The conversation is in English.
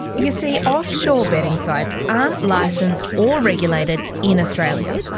you see, offshore betting sites aren't licensed or regulated in australia.